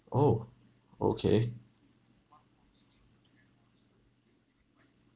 oh okay